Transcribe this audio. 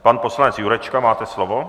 Pan poslanec Jurečka, máte slovo.